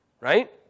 right